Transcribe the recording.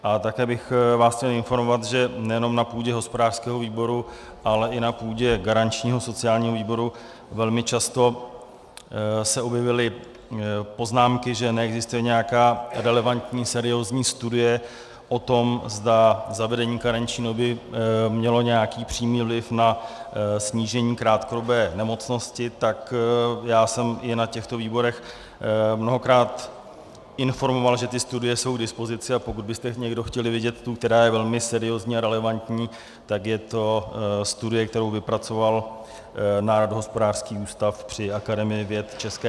A také bych vás chtěl informovat, že nejenom na půdě hospodářského výboru, ale i na půdě garančního sociálního výboru velmi často se objevovaly poznámky, že neexistuje nějaká relevantní, seriózní studie o tom, zda zavedení karenční doby mělo nějaký přímý vliv na snížení krátkodobé nemocnosti, tak já jsem je na těchto výborech mnohokrát informoval, že ty studie jsou k dispozici, a pokud byste někdo chtěl vidět tu, která je velmi seriózní a relevantní, tak je to studie, kterou vypracoval Národohospodářský ústav při Akademii věd ČR.